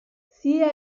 sia